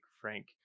frank